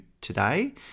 today